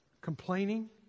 complaining